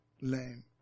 lame